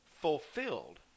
fulfilled